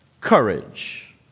courage